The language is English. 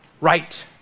Right